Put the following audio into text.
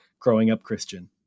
GrowingUpChristian